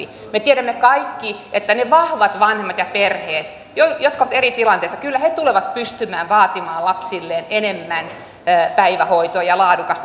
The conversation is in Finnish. me tiedämme kaikki että ne vahvat vanhemmat ja perheet jotka ovat eri tilanteissa kyllä tulevat pystymään vaatimaan lapsilleen enemmän päivähoitoa ja laadukasta päivähoitoa